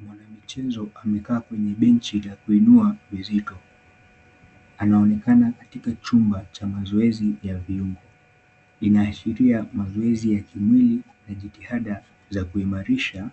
Mwanamichezo amekaa kwenye benchi la kuinua uzito. Anaonekana katika chumba cha mazoezi ya viungo. Inaashiria mazoezi ya kimwili na jitihada za kuimarisha